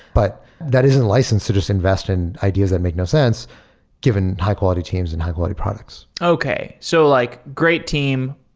but that is in license to just invest in ideas that make no sense given high-quality teams and high-quality products okay. so like great team,